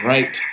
Right